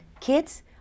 kids